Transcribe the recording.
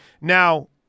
Now